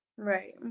right.